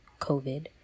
COVID